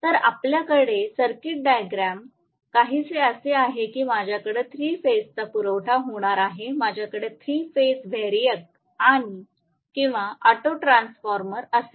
तर आपल्याकडे circuit diagram काहीसे असे आहे की माझ्याकडे 3 फेजचा पुरवठा होणार आहे माझ्याकडे 3 फेज व्हेरिएक किंवा ऑटो ट्रान्सफॉर्मर असेल